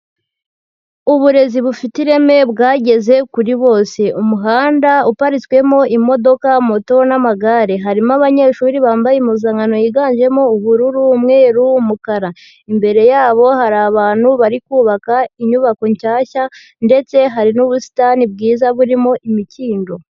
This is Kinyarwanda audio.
Uburezi bufite ireme bwageze kuri bose, umuhanda uparitswemo imodoka, moto n'amagare, harimo abanyeshuri bambaye impuzankano yiganjemo ubururu, umweru, umukara, imbere yaho hari abantu bari kubaka inyubako nshyashya ndetse hari n'ubusitani bwiza burimo imikindo.